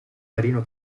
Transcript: marino